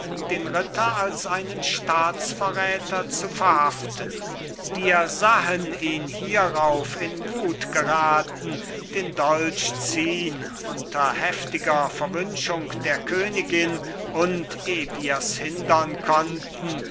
den ritter als einen staatsverräterzu verhaften wir sahen ihn hierauf in wut geraten den dolch ziehn unter heftiger verwünschung der königin und eh wir's hindern konnten